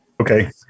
Okay